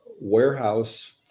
warehouse